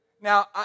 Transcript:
Now